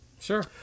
Sure